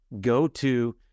go-to